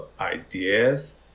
ideas